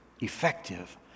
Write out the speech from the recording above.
effective